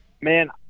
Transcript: Man